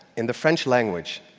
in the french language,